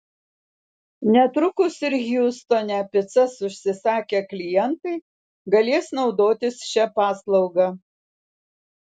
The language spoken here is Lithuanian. netrukus ir hjustone picas užsisakę klientai galės naudotis šia paslauga